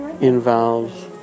involves